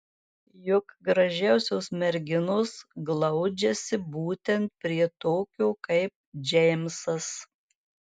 juk gražiausios merginos glaudžiasi būtent prie tokio kaip džeimsas